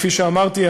כפי שאמרתי,